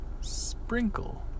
Sprinkle